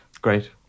Great